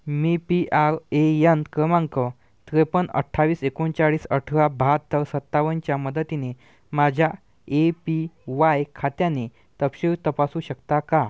me P R A N क्रमांक त्रेपन्न अठ्ठावीस एकोणचाळीस अठरा बहात्तर सत्तावन्नच्या मदतीनी माझ्या ए पी वाय खात्याने तपशील तपासू शकता का